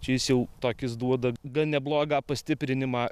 čia jis jau tokis duoda gan neblogą pastiprinimą